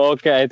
Okay